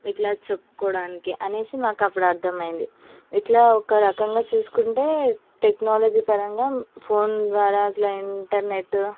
మీకు ఇలా చెప్పుకోడానికి అనేసి మాకు అప్పుడు అర్థమైంది ఇలా ఒక రకంగా చూసుకొంటే టెక్నాలజీ పరంగా ఫోన్ ద్వారా ఇలా ఇంటర్నెట్